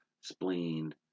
spleen